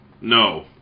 No